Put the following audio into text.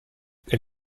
elle